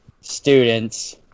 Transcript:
students